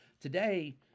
Today